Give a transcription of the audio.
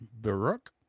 Baruch